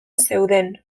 zeuden